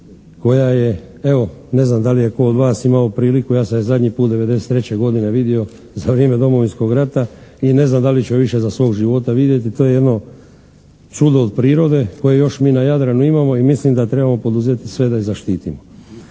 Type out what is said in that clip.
koja je evo, ne znam da li je tko od vas imao priliku, ja sam je zadnji put '93. godine vidio za vrijeme Domovinskog rata i ne znam da li ću je više za svog života vidjeti. To je jedno čudo od prirode koje mi još na Jadranu imamo i mislim da trebamo poduzeti sve da je zaštitimo.